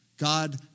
God